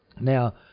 Now